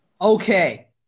Okay